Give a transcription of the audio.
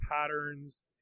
patterns